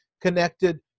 connected